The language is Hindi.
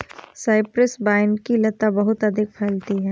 साइप्रस वाइन की लता बहुत अधिक फैलती है